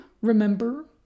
remember